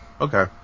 Okay